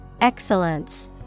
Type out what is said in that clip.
excellence